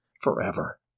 forever